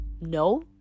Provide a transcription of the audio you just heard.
No